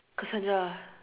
Cassandra